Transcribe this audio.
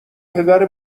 پدر